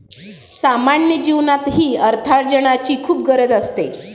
सामान्य जीवनातही अर्थार्जनाची खूप गरज असते